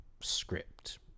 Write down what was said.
script